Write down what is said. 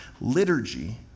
Liturgy